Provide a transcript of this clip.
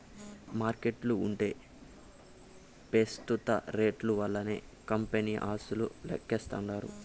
మార్కెట్ల ఉంటే పెస్తుత రేట్లు వల్లనే కంపెనీ ఆస్తులు లెక్కిస్తాండారు